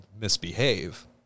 misbehave